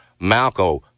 Malco